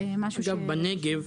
אגב, בכל הנגב,